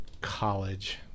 college